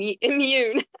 immune